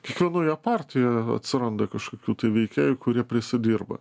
kiekvienoje partijoj atsiranda kažkokių veikėjų kurie prisidirba